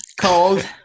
cold